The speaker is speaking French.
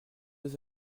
vous